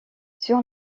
sur